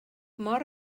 mor